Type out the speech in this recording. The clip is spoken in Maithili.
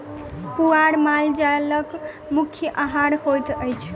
पुआर माल जालक मुख्य आहार होइत अछि